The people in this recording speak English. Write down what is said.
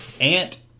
Ant